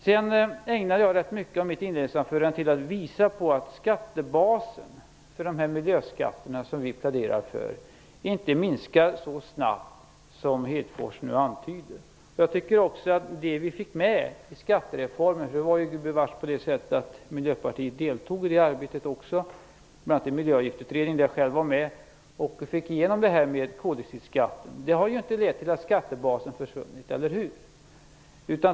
Jag ägnade rätt mycket av mitt inledningsanförande till att visa på att skattebasen för de miljöskatter som vi pläderar för inte minskar så snabbt som Lars Hedfors antydde. Också Miljöpartiet deltog gudbevars i arbetet med skattereformen, bl.a. i Miljöavgiftsutredningen. Jag var själv med där och fick igenom detta med koldioxidskatt. Det har ju inte lett till att skattebasen har försvunnit, eller hur?